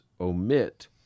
omit